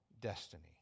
destiny